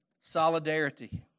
Solidarity